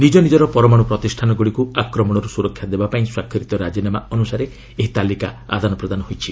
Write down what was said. ନିଜ ନିଜର ପରମାଣ୍ର ପ୍ରତିଷ୍ଠାନଗୁଡ଼ିକୁ ଆକ୍ରମଣରୁ ସୁରକ୍ଷା ଦେବା ପାଇଁ ସ୍ୱାକ୍ଷରିତ ରାଜିନାମା ଅନୁସାରେ ଏହି ତାଲିକା ଆଦାନପ୍ରଦାନ ହେଉଛି